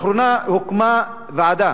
לאחרונה הוקמה ועדה,